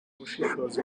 bushishozi